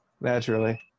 Naturally